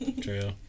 true